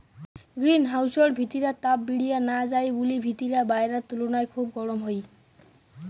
green হাউসর ভিতিরা তাপ বিরিয়া না যাই বুলি ভিতিরা বায়রার তুলুনায় খুব গরম হই